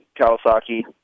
Kawasaki